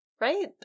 Right